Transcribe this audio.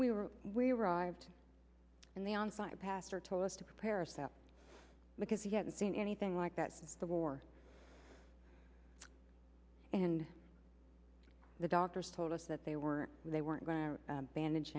we were we arrived in the on fire pastor told us to prepare ourselves because he hadn't seen anything like that since the war and the doctors told us that they were they weren't going to bandage